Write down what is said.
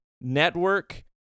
network